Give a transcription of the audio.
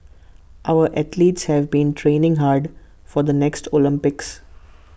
our athletes have been training hard for the next Olympics